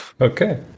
Okay